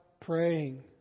praying